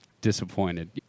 disappointed